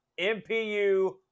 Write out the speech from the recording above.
MPU